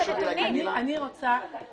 הילדים ופעוטונים.